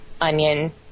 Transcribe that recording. onion